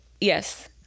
yes